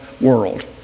world